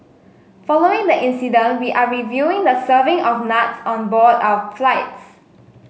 following the incident we are reviewing the serving of nuts on board our flights